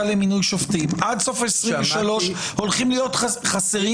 למינוי שופטים עד סוף 2023 הולכים להיות חסרים,